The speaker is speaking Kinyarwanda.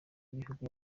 y’igihugu